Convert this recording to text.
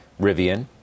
Rivian